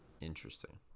Interesting